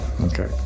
okay